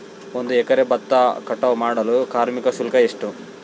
ಒಂದು ಎಕರೆ ಭತ್ತ ಕಟಾವ್ ಮಾಡಲು ಕಾರ್ಮಿಕ ಶುಲ್ಕ ಎಷ್ಟು?